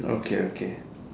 okay okay